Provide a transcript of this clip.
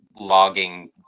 logging